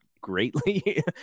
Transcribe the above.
greatly